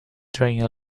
drinks